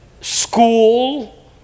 school